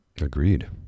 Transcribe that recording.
Agreed